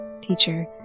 teacher